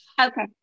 Okay